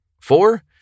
Four